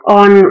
on